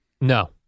No